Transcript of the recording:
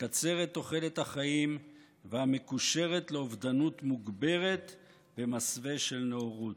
המקצרת תוחלת חיים והמקושרת לאובדנות מוגברת במסווה של נאורות.